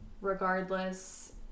regardless